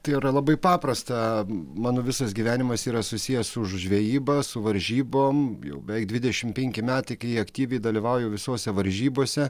tai yra labai paprasta mano visas gyvenimas yra susijęs su žvejyba su varžybom jau beveik dvidešimt penki metai kai aktyviai dalyvauju visose varžybose